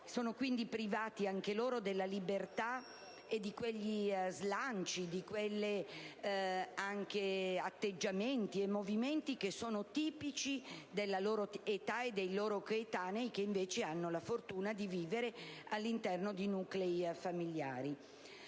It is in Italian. Sono privati anch'essi della libertà, oltre che di quegli slanci, di quegli atteggiamenti e movimenti che sono tipici della loro età e dei loro coetanei, che hanno invece la fortuna di vivere all'interno di nuclei familiari.